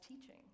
teaching